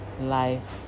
Life